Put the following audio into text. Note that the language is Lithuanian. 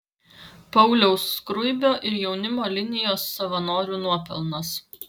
pauliaus skruibio ir jaunimo linijos savanorių nuopelnas